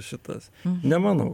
šitas nemanau